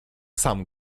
sam